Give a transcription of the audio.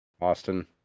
Austin